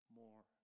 more